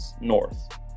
North